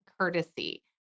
courtesy